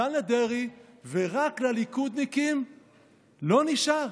נתן לדרעי, ורק לליכודניקים לא נשאר.